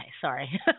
sorry